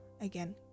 again